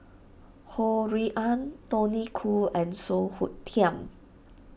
Ho Rui An Tony Khoo and Song Hoot Kiam